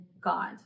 God